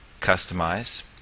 customize